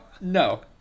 No